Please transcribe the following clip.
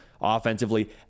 offensively